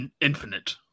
infinite